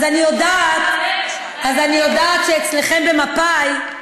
אז אני יודעת שאצלכם במפא"י,